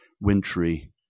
wintry